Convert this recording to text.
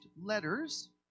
letters